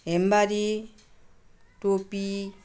हेम्मरी टोपी